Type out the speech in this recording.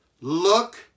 Look